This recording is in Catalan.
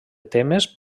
temes